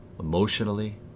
emotionally